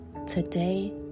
Today